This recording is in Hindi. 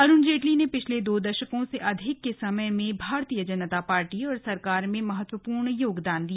अरुण जेटली ने पिछले दो दशकों से अधिक के समय में भारतीय जनता पार्टी और सरकार में महत्वपूर्ण योगदान दिया